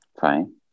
Fine